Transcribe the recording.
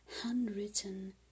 handwritten